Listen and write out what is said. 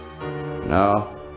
No